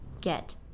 get